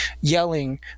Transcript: yelling